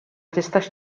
tistax